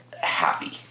happy